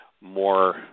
more